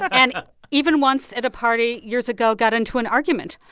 and even once at a party years ago got into an argument.